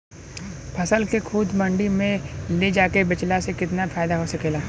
फसल के खुद मंडी में ले जाके बेचला से कितना फायदा हो सकेला?